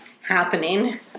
happening